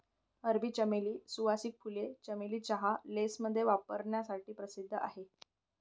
अरबी चमेली, सुवासिक फुले, चमेली चहा, लेसमध्ये वापरण्यासाठी प्रसिद्ध आहेत